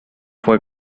fue